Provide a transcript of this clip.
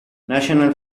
national